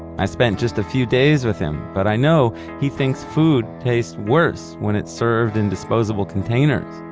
i spent just a few days with him, but i know he thinks food tastes worse when it's served in disposable containers,